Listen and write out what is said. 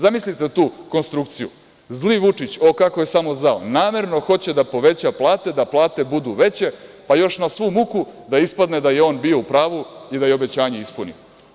Zamislite tu konstrukciju, zli Vučić, o kako je samo zao, namerno hoće da poveća plate, da plate budu veće, pa još na svu muku da ispadne da je on bio u pravu i da je obećanje ispunio.